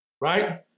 right